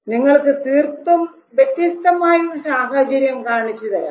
നിങ്ങൾക്ക് തീർത്തും വ്യത്യസ്തമായ ഒരു സാഹചര്യം കാണിച്ചുതരാം